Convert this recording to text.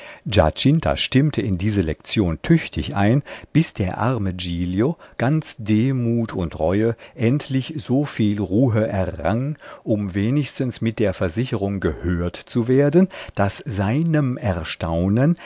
stimmte in diese lektion tüchtig ein bis der arme giglio ganz demut und reue endlich so viel ruhe errang um wenigstens mit der versicherung gehört zu werden daß seinem erstaunen